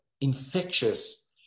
infectious